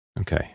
Okay